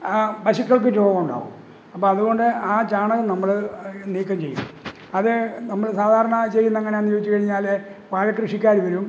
ആ പശുക്കൾക്ക് രോഗമുണ്ടാവും അപ്പോഴതുകൊണ്ട് ആ ചാണകം നമ്മള് നീക്കം ചെയ്യണം അത് നമ്മള് സാധാരണ ചെയ്യുന്നതെങ്ങനാണെന്ന് വച്ചുകഴിഞ്ഞാല് വാഴകൃഷിക്കാര് വരും